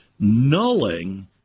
nulling